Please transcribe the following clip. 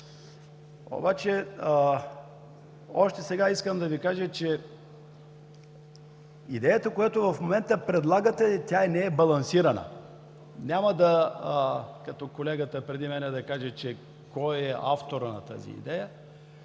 Още сега искам да Ви кажа, че идеята, която в момента предлагате, не е балансирана. Няма, като колегата преди мен, да кажа кой е авторът на тази идея